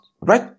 right